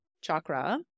chakra